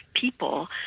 people